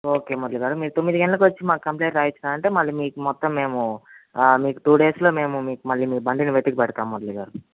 okay Murali గారు మీరు తొమ్మిది గంటలకొచ్చి మాకు కంప్లయింట్ రాసిచ్చినారంటే మళ్ళీ మీకు మొత్తం మేము ఆ మీకు టు డేస్లో మేము మీ బండిని వెతికి పెడతాం మురళీ గారు